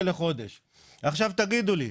עכשיו תגידו לי,